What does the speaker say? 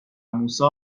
موسی